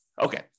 Okay